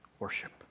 Worship